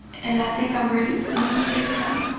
and i think i'm ready to come to faithtown.